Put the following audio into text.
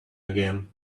again